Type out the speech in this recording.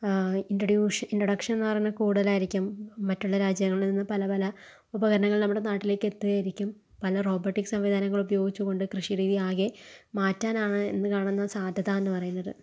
ഇൻഡ്യഡ്യൂഷ് ഇന്ഡൊഡക്ഷൻ എന്ന് പറയുന്ന കൂടുതലായിരിക്കും മറ്റുള്ള രാജ്യങ്ങളിൽ നിന്ന് പല പല ഉപകരണങ്ങള് നമ്മുടെ നാട്ടിലേക്ക് എത്തുന്നതായിരിക്കും പല റോബോട്ടിക് സംവിധാങ്ങൾ ഉപയോഗിച്ചുകൊണ്ട് കൃഷി രീതി ആകെ മാറ്റാനാണ് ഇന്ന് കാണുന്ന സാധ്യത എന്ന് പറയുന്നത്